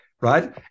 Right